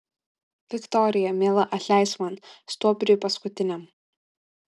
viktorija miela atleisk man stuobriui paskutiniam